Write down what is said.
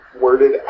worded